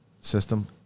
system